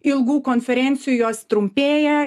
ilgų konferencijų jos trumpėja